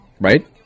Right